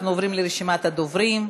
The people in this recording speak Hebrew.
אנחנו עוברים לרשימת הדוברים.